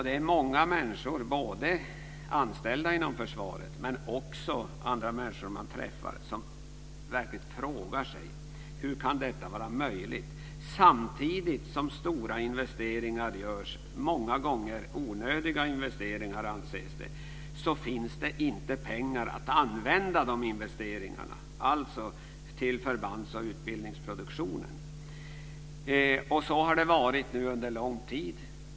Det är många människor, anställda inom försvaret men också andra, som frågar sig hur detta kan vara möjligt samtidigt som stora investeringar görs, som man många gånger anser är onödiga, och det inte finns pengar att använda dessa investeringar, alltså till förbands och utbildningsproduktionen. Och så har det varit under lång tid.